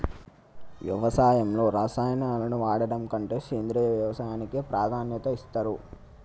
వ్యవసాయంలో రసాయనాలను వాడడం కంటే సేంద్రియ వ్యవసాయానికే ప్రాధాన్యత ఇస్తరు